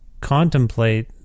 contemplate